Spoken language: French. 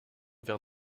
vers